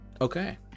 Okay